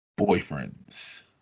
boyfriends